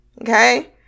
okay